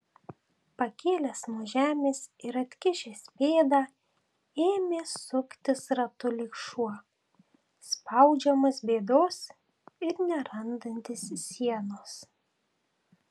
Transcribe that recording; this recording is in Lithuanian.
pakėlęs nuo žemės ir atkišęs pėdą ėmė suktis ratu lyg šuo spaudžiamas bėdos ir nerandantis sienos